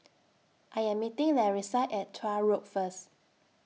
I Am meeting Larissa At Tuah Road First